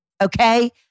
okay